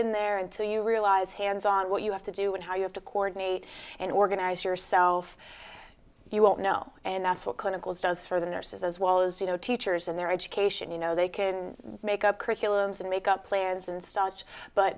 in there and so you realize hands on what you have to do and how you have to coordinate and organize yourself you won't know and that's what clinical does for the nurses as well as you know teachers and their education you know they can make up curriculums and make up players and starch but